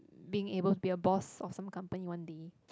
being able to be a boss of some company one day